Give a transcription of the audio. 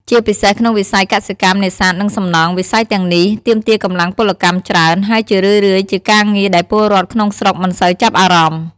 ជាពិសេសក្នុងវិស័យកសិកម្ម នេសាទ និងសំណង់ វិស័យទាំងនេះទាមទារកម្លាំងពលកម្មច្រើន ហើយជារឿយៗជាការងារដែលពលរដ្ឋក្នុងស្រុកមិនសូវចាប់អារម្មណ៍ ។